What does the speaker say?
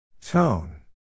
Tone